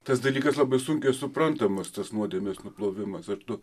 tas dalykas labai sunkiai suprantamas tas nuodėmės nuplovimas ar tu